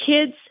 kids